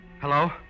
Hello